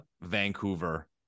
Vancouver